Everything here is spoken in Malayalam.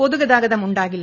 പൊതുഗതാഗതം ഉണ്ടാകില്ല